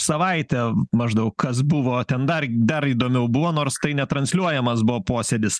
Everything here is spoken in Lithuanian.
savaitę maždaug kas buvo ten dar dar įdomiau buvo nors tai netransliuojamas buvo posėdis